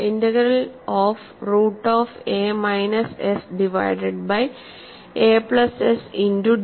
integral of root of a minus s divided by a plus s into ds